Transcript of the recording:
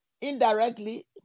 indirectly